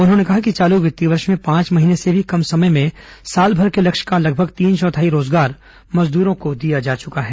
उन्होंने कहा कि चालू वित्तीय वर्ष में पांच महीने से भी कम समय में साल भर के लक्ष्य का लगभग तीन चौथाई रोजगार मजदूरों को दिया जा चुका है